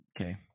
Okay